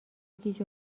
گیج